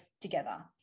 together